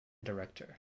director